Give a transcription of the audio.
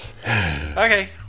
okay